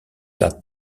that